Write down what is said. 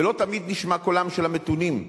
ולא תמיד נשמע קולם של המתונים,